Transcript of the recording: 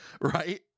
right